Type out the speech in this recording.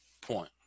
point